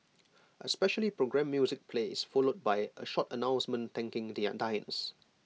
A specially programmed music plays followed by A short announcement thanking their diners